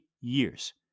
years